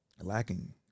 lacking